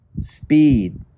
speed